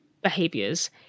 behaviors